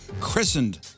christened